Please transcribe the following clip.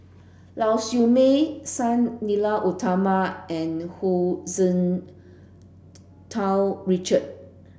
Lau Siew Mei Sang Nila Utama and Hu Tsu Tau Richard